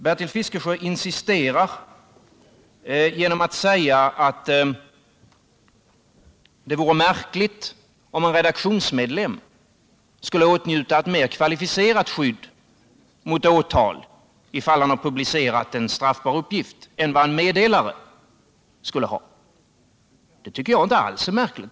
Bertil Fiskesjö insisterar att det vore märkligt om en redak tionsmedlem skulle åtnjuta ett mer kvalificerat skydd mot åtal för pub licering av en straffbar uppgift än en meddelare. Det tycker jag inte alls är märkligt!